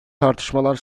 tartışmalar